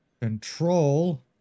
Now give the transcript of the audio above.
Control